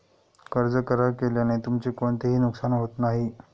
कर्ज करार केल्याने तुमचे कोणतेही नुकसान होत नाही